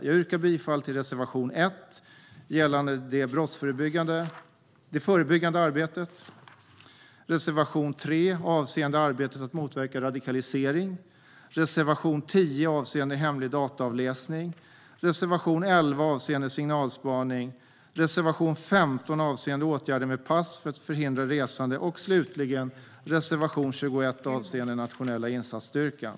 Jag yrkar bifall till reservation 1 gällande det förebyggande arbetet, reservation 3 avseende arbetet för att motverka radikalisering, reservation 11 avseende hemlig dataavläsning, reservation 13 avseende signalspaning, reservation 18 avseende åtgärder med pass för att hindra resande och slutligen reservation 24 avseende Nationella insatsstyrkan.